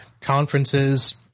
conferences